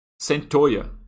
Centoia